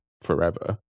forever